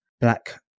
Black